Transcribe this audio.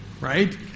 right